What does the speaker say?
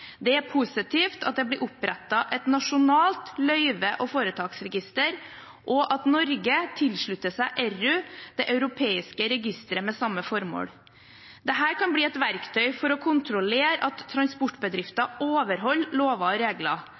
Det er positivt at det blir opprettet et nasjonalt løyve- og foretaksregister, og at Norge tilslutter seg ERRU, det europeiske registeret med samme formål. Dette kan bli et verktøy for å kontrollere at transportbedrifter overholder lover og regler.